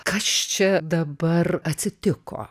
kas čia dabar atsitiko